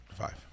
Five